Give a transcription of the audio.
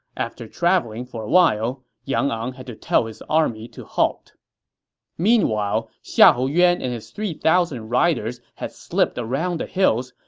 after traveling for a while, yang ang had to tell his army to halt meanwhile, xiahou yuan and his three thousand riders had slipped around the hills,